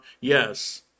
Yes